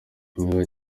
igihugu